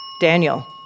Daniel